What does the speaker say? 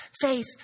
faith